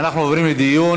אנחנו עוברים לדיון.